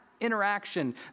interaction